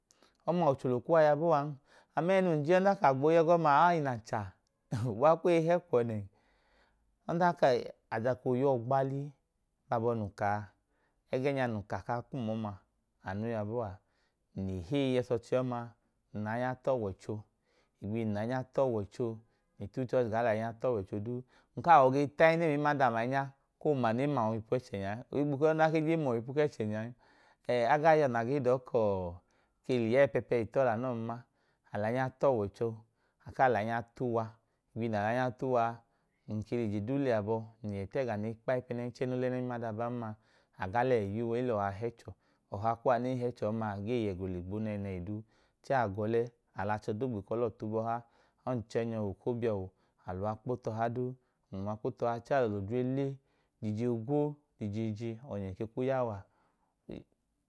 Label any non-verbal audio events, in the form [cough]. Ọma uchulo kuwa ya bọọan ama enum je a odan ka gboo y’ẹgọma ainancha [laughs] uwa kwei hẹ kuwọ nẹn. Odan ka i aadako yọọ gbalii gbabọ nun kaa, ẹgẹnya nunka ka kum ọma, anu yọbọọa. Nle hei ọchọọchi ọma nl’ainya t’ọwọicho, igbihinun lainya tọwọicho, ne t’uchọọchi ga l’ainya tọwọicho duu. Nkaa yọ ge t’aẹnem mẹm’adam ainya koo ma ne mum w’ipẹchẹ nyaa w’ipẹchenyan, ẹ aga yọọ na ge dọọ kọọ k libai epepe i tọọ lanọọ n nna. Al’ainya t’ọwọicho, akaa l’ainya tuwa, igbihi na l’ainya t’uwa nke l’ije uu le abọ le yẹ t’ega ne kpaipẹ nẹnchẹ no l’ẹnẹn mla da ban ma, aga l’ẹhi y’uwa elọha hẹ chwọ. Ọha kuwa nehẹ chuwọ ọmaa ge y’ẹgo l’igbo nẹhi duu chẹẹ agọle al’ach adogbe kọ lọ tubọha, ọnchẹngyọo okobiao aluwa kpo tọha duu, nluwa kpotoha chẹẹ alọ l’odre le, l’ije gwo, lije je chẹẹ o̱nyọọnyẹ kẹẹ ku yawaa. [hesitation]